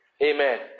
Amen